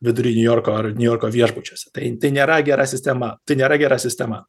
vidury niujorko ar niujorko viešbučiuose tai tai nėra gera sistema tai nėra gera sistema